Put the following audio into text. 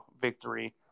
victory